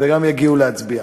וגם יגיעו להצביע.